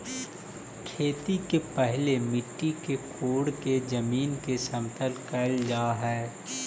खेती के पहिले मिट्टी के कोड़के जमीन के समतल कैल जा हइ